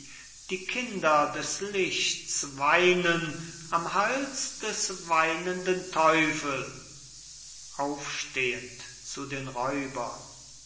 die kinder des lichts weinen am hals der weinenden teufel